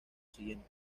siguiente